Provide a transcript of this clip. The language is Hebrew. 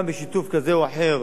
גם בשיתוף כזה או אחר